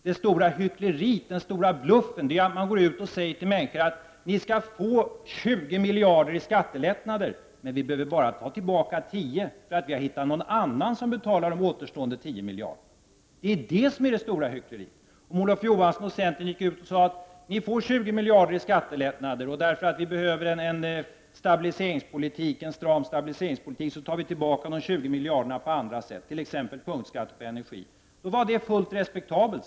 Det stora hyckleriet, den stora bluffen, består i att man går ut och säger till människorna att ni skall få 20 miljarder i skattelättnader, men vi behöver bara ta tillbaka 10 eftersom vi har hittat någon annan som betalar de återstående 10 miljarderna. Däri ligger det stora hyckleriet. Om Olof Johansson och centern i stäl!et gick ut och sade att ni får 20 miljarder i skattelättnader, och eftersom vi behöver en stram stabiliseringspolitik tar vi tillbaka de 20 miljarderna på annat sätt, t.ex. genom punktskatter på energi, skulle det vara helt respektabelt.